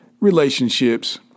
relationships